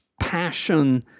passion